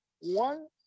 one